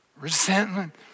Resentment